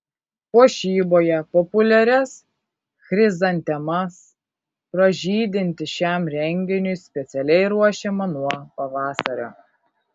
puošyboje populiarias chrizantemas pražydinti šiam renginiui specialiai ruošiama nuo pavasario